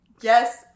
Yes